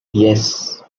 yes